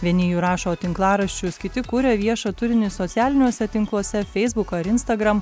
vieni jų rašo tinklaraščius kiti kuria viešą turinį socialiniuose tinkluose feisbuk ar instagram